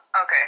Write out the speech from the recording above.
Okay